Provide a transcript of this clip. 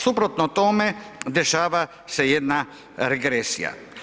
Suprotno tome, dešava se jedna regresija.